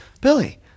Billy